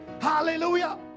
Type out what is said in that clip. Hallelujah